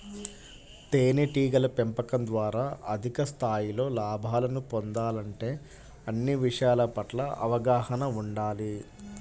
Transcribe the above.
తేనెటీగల పెంపకం ద్వారా అధిక స్థాయిలో లాభాలను పొందాలంటే అన్ని విషయాల పట్ల అవగాహన ఉండాలి